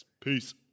Peace